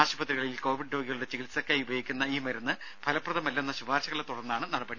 ആശുപത്രികളിൽ കോവിഡ് രോഗികളുടെ ചികിത്സക്കായി ഉപയോഗിക്കുന്ന ഈ മരുന്ന് ഫലപ്രദമല്ലെന്ന ശുപാർശകളെ തുടർന്നാണ് നടപടി